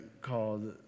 called